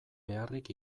beharrik